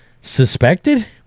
suspected